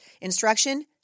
instruction